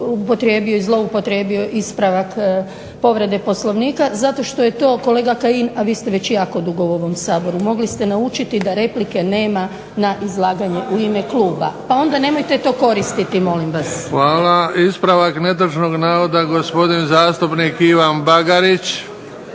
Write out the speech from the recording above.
upotrijebio i zloupotrijebio ispravak povrede Poslovnika zato što je to kolega Kajin, a vi ste već jako dugo u ovom Saboru, mogli ste naučiti da replike nema na izlaganje u ime kluba pa onda nemojte to koristiti molim vas. … /Upadica se ne razumije./… **Bebić,